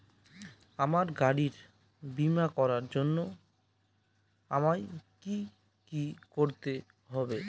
আমার গাড়ির বীমা করার জন্য আমায় কি কী করতে হবে?